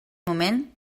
moment